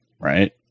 Right